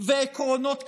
ועקרונות כלליים".